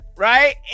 Right